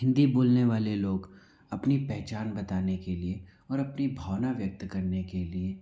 हिन्दी बोलने वाले लोग अपनी पहचान बताने के लिए और अपनी भावना व्यक्त करने के लिए